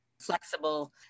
flexible